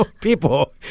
people